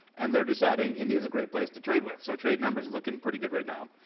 and they're deciding india's a great place to trade with. so trade numbers are looking pretty good right now.